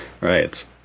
right